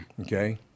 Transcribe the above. Okay